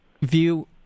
view